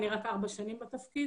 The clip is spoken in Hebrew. אני רק 4 שנים בתפקיד